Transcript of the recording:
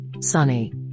Sunny